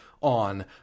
on